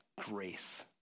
grace